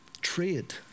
trade